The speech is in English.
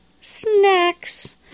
snacks